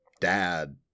dad